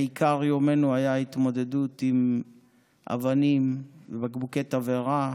עיקר יומנו היה התמודדות עם אבנים ובקבוקי תבערה.